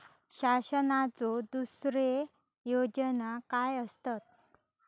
शासनाचो दुसरे योजना काय आसतत?